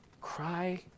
Cry